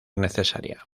necesaria